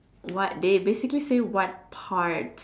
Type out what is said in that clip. what they basically say what part